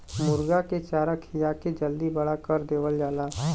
मुरगा के चारा खिया के जल्दी बड़ा कर देवल जाला